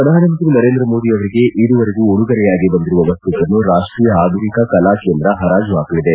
ಪ್ರಧಾನಮಂತ್ರಿ ನರೇಂದ್ರ ಮೋದಿ ಅವರಿಗೆ ಇದುವರೆಗೂ ಉಡುಗೊರೆಯಾಗಿ ಬಂದಿರುವ ವಸ್ತುಗಳನ್ನು ರಾಷ್ಷೀಯ ಆಧುನಿಕ ಕಲಾ ಕೇಂದ್ರ ಹರಾಜು ಹಾಕಲಿದೆ